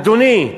אדוני,